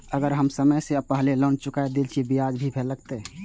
अगर हम समय से पहले लोन चुका देलीय ते ब्याज भी लगते?